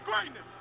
greatness